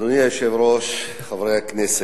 אדוני היושב-ראש, חברי הכנסת,